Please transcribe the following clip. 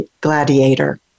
gladiator